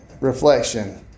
reflection